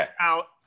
out